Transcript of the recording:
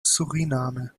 suriname